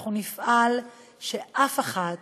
אנחנו נפעל שאף אחת